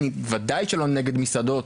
אני ודאי שלא נגד מסעדות,